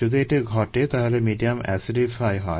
যদি এটি ঘটে তাহলে মিডিয়াম এসিডিফাই হয়